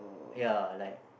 ya like